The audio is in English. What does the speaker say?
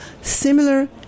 similar